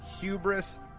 hubris